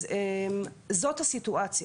אז זאת הסיטואציה.